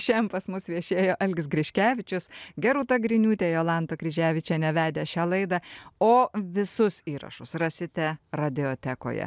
šian pas mus viešėjo algis griškevičius gerūta griniūtė jolanta kryževičienė vedė šią laidą o visus įrašus rasite radiotekoje